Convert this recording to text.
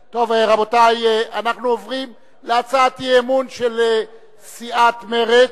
רבותי, אנחנו עוברים להצעת האי-אמון של סיעת מרצ,